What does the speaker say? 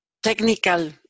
technical